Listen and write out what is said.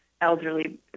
elderly